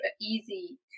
easy